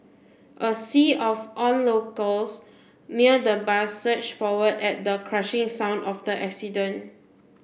a sea of onlookers near the bus surged forward at the crushing sound of the accident